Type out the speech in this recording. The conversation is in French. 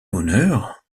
honneur